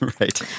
right